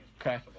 okay